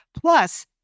Plus